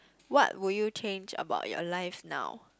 what would you change about your life now